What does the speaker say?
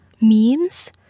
memes